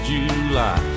July